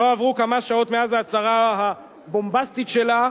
לא עברו כמה שעות מאז ההצהרה הבומבסטית שלה,